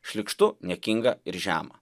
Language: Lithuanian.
šlykštu niekinga ir žema